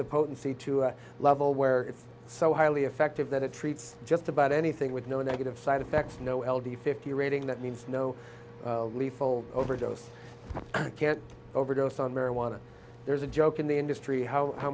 the potency to a level where it's so highly effective that it treats just about anything with no negative side effects no l d fifty rating that means no lethal overdose i can't overdose on marijuana there's a joke in the industry how how